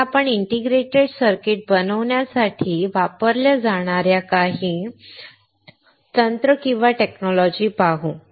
आता आपण integrated circuits बनवण्यासाठी वापरल्या जाणार्या काही तंत्रे किंवा तंत्रज्ञान पाहू